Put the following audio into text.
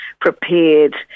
prepared